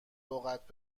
لغت